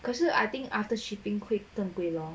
可是 I think after shipping 会更贵 lor